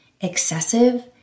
excessive